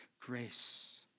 grace